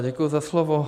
Děkuji za slovo.